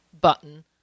button